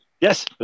yes